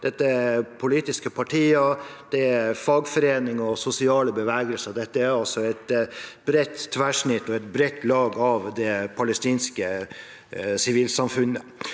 Dette er politiske partier, fagforeninger og sosiale bevegelser – det er altså et bredt tverrsnitt og et bredt lag av det palestinske sivilsamfunnet.